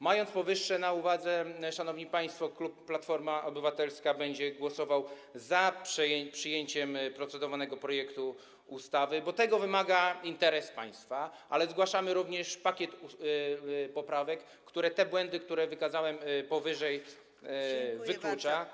Mając powyższe na uwadze, szanowni państwo, klub Platforma Obywatelska będzie głosował za przyjęciem procedowanego projektu ustawy, bo tego wymaga interes państwa, ale zgłaszamy również pakiet poprawek, które te błędy, które wykazałem powyżej, wykluczają.